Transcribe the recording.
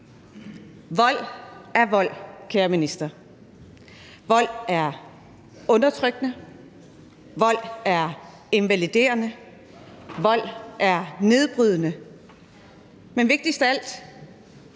Vold er vold, kære minister. Vold er undertrykkende. Vold er invaliderende. Vold er nedbrydende, men vigtigst af alt: